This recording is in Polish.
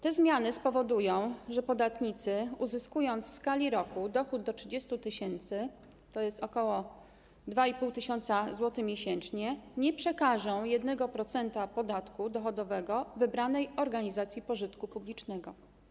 Te zmiany spowodują, że podatnicy, uzyskując w skali roku dochód do 30 tys. - to jest ok. 2,5 tys. zł miesięcznie - nie przekażą 1% podatku dochodowego wybranej organizacji pożytku publicznego.